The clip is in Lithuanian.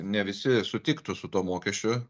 ne visi sutiktų su tuo mokesčiu